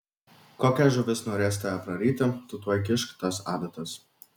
kokia žuvis norės tave praryti tu tuoj kišk tas adatas